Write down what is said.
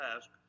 ask